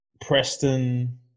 Preston